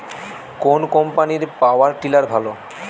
কোন কম্পানির power tiller ভালো?